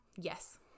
yes